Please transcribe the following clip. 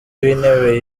w’intebe